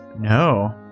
no